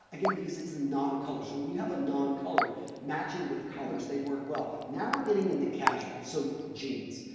again, because it's a non-color. so, when you have a non-color matching with colors they work well. now, we're getting into casual, so jeans.